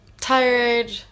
tired